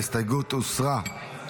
ההסתייגות הוסרה.